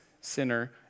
sinner